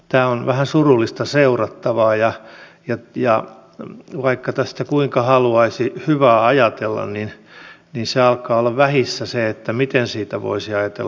tämä on vähän surullista seurattavaa ja vaikka tästä kuinka haluaisi hyvää ajatella niin alkaa olla vähissä se miten siitä voisi ajatella hyvää